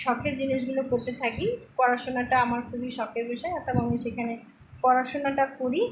শখের জিনিসগুলো করতে থাকি পড়াশুনাটা আমার খুবই শখের বিষয় আর তাই আমি সেখানে পড়াশুনাটা করি